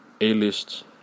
A-list